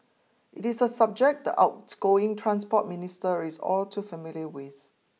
it is a subject the outgoing Transport Minister is all too familiar with